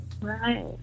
Right